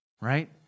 right